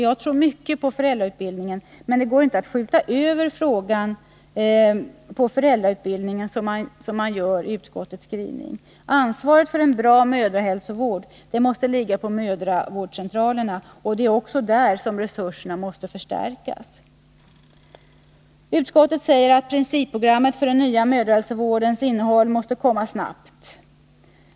Jag tror mycket på föräldrautbildningen, men det går inte att skjuta över frågan på föräldrautbildningen, som man gör i utskottets skrivning. Ansvaret för en bra mödrahälsovård måste ligga på mödravårdscentralerna. Och det är också där som resurserna måste förstärkas. Utskottet säger att principprogrammet för den nya mödrahälsovårdens innehåll måste komma snabbt.